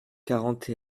quarante